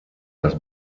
das